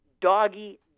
doggy